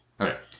Okay